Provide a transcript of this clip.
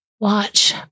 Watch